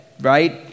right